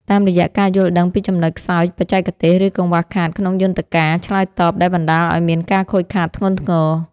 តាមរយៈការយល់ដឹងពីចំណុចខ្សោយបច្ចេកទេស ឬកង្វះខាតក្នុងយន្តការឆ្លើយតបដែលបណ្តាលឱ្យមានការខូចខាតធ្ងន់ធ្ងរ។